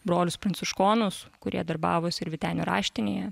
brolius pranciškonus kurie darbavosi ir vytenio raštinėje